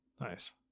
Nice